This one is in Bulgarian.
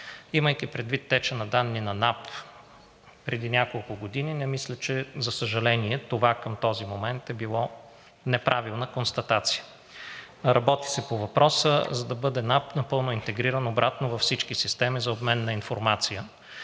Имайки предвид теча на данни на НАП преди няколко години, не мисля, за съжаление, че това към този момент е било неправилна констатация. Работи се по въпроса, за да бъде НАП напълно интегрирана обратно във всички системи за обмен на информация,